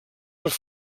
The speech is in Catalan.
les